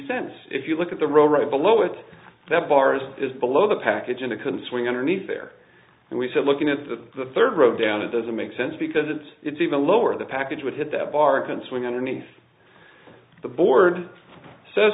sense if you look at the row right below it that bars is below the package and it couldn't swing underneath there and we said looking at the third row down it doesn't make sense because it's it's even lower the package would hit that bar can swing underneath the board says